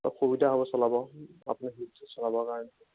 অলপ সুবিধা হ'ব চলাব আপোনাৰ হিলছত চলাবৰ কাৰণে